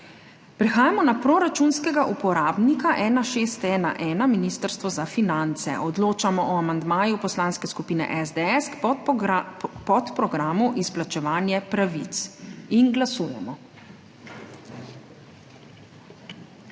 Prehajamo na proračunskega uporabnika 1611 Ministrstvo za finance. Odločamo o amandmaju Poslanske skupine SDS k podprogramu Izplačevanje pravic. Glasujemo.